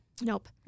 Nope